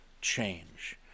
change